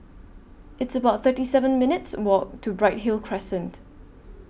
It's about thirty seven minutes' Walk to Bright Hill Crescent